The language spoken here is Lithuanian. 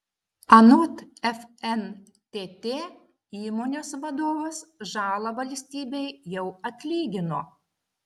anot fntt įmonės vadovas žalą valstybei jau atlygino